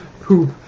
poop